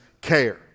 care